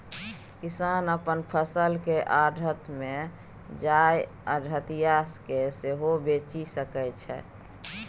किसान अपन फसल केँ आढ़त मे जाए आढ़तिया केँ सेहो बेचि सकै छै